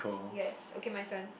yes okay my turn